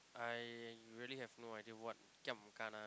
I really have no idea what giam kana